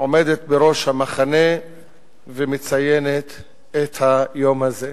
עומדת בראש המחנה ומציינת את היום הזה.